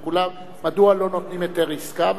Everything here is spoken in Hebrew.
לכולם: מדוע לא נותנים היתר עסקה,